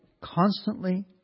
constantly